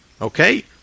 Okay